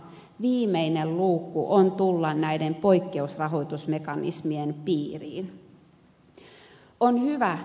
viimeinen luukku on tulla näiden poikkeusrahoitusmekanismien piiriin